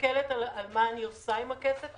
כשאני מסתכלת על מה אני עושה עם הכסף,